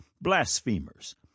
blasphemers